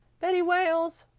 betty wales,